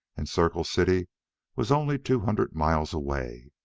and circle city was only two hundred miles away.